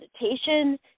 meditation